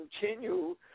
continue